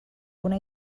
una